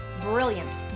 brilliant